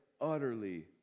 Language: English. utterly